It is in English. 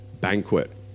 banquet